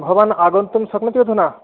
भवान् आगन्तुं शक्नोति अधुना